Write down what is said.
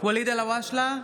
ואליד אלהואשלה,